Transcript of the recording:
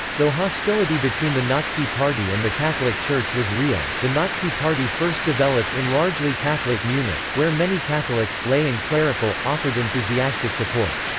though hostility between the nazi party and the catholic church was real, the nazi party first developed in largely catholic munich, where many catholics, lay and clerical, offered enthusiastic support.